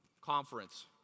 Conference